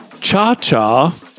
cha-cha